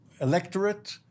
electorate